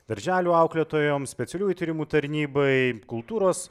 darželių auklėtojoms specialiųjų tyrimų tarnybai kultūros